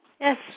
Yes